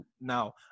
Now